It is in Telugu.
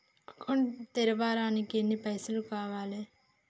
అకౌంట్ తెరవడానికి ఎన్ని పైసల్ కావాలే?